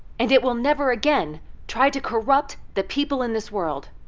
and it will never again try to corrupt the people in this world.